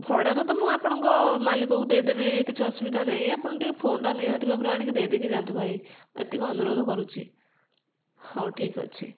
ଭଡ଼ାଟା ତ ମୁଁ ଆପଣଙ୍କ ମାଲିକକୁ ଦେଇଦେବି କିଛି ଅସୁବିଧା ନାହିଁ ଆପଣ ଟିକେ ଫୋନ୍ଟା ନିହାତି ଭାବରେ ଆଣିକି ଦେଇ ଦେଇକି ଯାଆନ୍ତୁ ଭାଇ ଏତିକି ଅନୁରୋଧ କରୁଛି ହଉ ଠିକ୍ ଅଛି